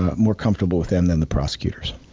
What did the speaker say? more comfortable with them than the prosecutors.